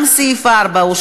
סעיפים 1 3,